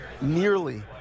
nearly